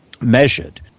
measured